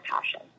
passion